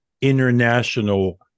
international